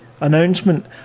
announcement